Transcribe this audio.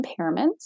impairments